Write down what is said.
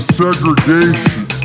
segregation